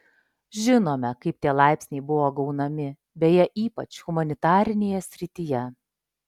žinome kaip tie laipsniai buvo gaunami beje ypač humanitarinėje srityje